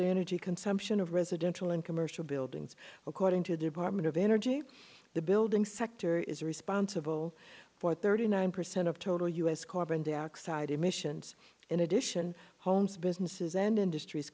the energy consumption of residential and commercial buildings according to department of energy the building sector is responsible for thirty nine percent of total u s carbon dioxide emissions in addition homes businesses and industries